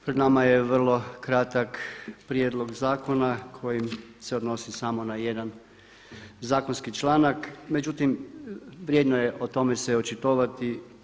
Pred nama je vrlo kratak prijedlog zakona koji se odnosi samo na jedan zakonski članak, međutim, vrijedno je o tome se očitovati.